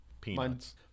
peanuts